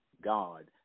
God